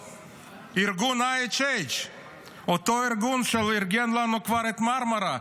ארגון IHH. אותו ארגון שארגן לנו כבר את מרמרה,